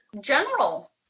general